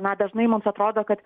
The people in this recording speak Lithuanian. na dažnai mums atrodo kad